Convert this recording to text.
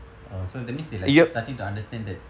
oh so that means they like starting to understand that